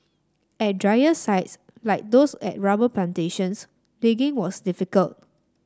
at drier sites like those at rubber plantations digging was difficult